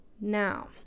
Now